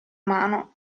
mano